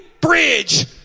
bridge